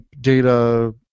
Data